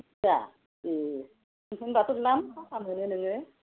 दुइ बिगा ए होनब्लाथ' द्लाम साहा मोनो नोङो